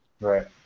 Right